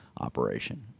operation